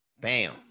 Bam